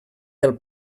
del